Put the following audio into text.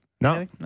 no